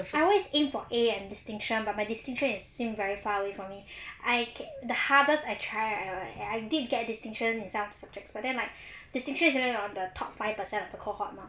I always aim for a and distinction but my distinction is seemed very far away from me I kept the hardest I try I did get distinction in some subjects but then my distinction is around the top five percent of the cohort mah